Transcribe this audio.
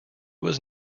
was